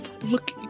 look